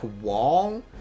wall